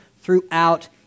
throughout